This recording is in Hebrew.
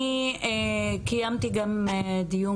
אני קיימתי גם דיון,